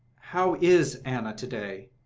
how is anna to-day?